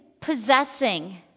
possessing